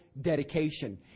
Dedication